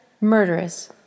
murderous